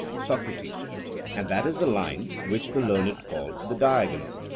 socrates and that is the line which the learned call the diagonal.